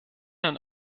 einen